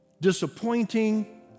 disappointing